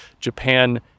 Japan